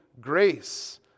grace